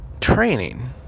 training